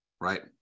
right